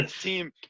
team